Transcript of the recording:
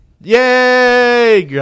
Yay